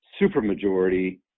supermajority